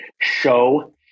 Show